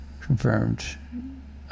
Confirmed